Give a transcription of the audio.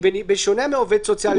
בשונה מעובד סוציאלי,